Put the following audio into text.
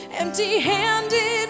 empty-handed